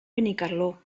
benicarló